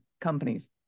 companies